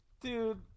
Dude